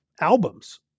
albums